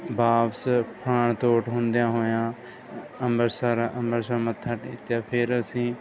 ਵਾਪਸ ਪਠਾਨਕੋਟ ਹੁੰਦਿਆਂ ਹੋਇਆਂ ਅੰਮ੍ਰਿਤਸਰ ਅੰਮ੍ਰਿਤਸਰ ਮੱਥਾ ਟੇਕਿਆ ਫਿਰ ਅਸੀਂ